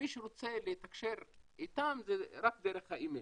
מי שרוצה לתקשר איתם זה רק דרך האי-מייל.